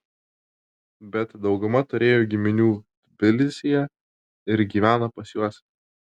bet dauguma turėjo giminių tbilisyje ir gyvena pas juos